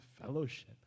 fellowship